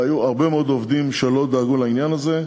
והיו הרבה מאוד עובדים שלא דאגו לעניין הזה,